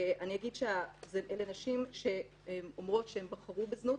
אני אגיד שאלה נשים שאומרות שהן בחרו בזנות,